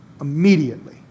immediately